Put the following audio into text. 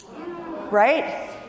Right